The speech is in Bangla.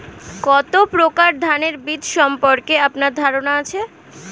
কত প্রকার ধানের বীজ সম্পর্কে আপনার ধারণা আছে?